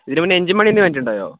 ഇതിനു മുന്നെ എൻജിൻ പണി വന്നിട്ടുണ്ടായോ